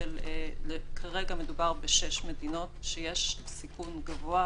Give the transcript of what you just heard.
כרגע מדובר בשש מדינות שיש סיכון גבוה